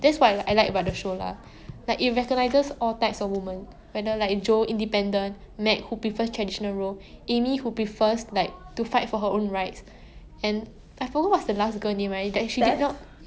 I think there was a line in the movie that like really had a very strong impact it was like something I think meg said to jo was like just because someone else's dreams isn't the same as yours doesn't mean they should be like less respected yeah I think it's like it's true lah cause